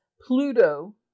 Pluto